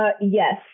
Yes